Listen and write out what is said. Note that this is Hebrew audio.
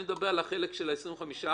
אני מדבר על החלק של ה-25%.